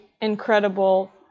incredible